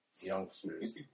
youngsters